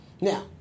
Now